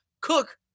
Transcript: cook